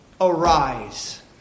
arise